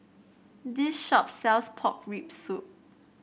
this shop sells Pork Rib Soup